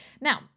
Now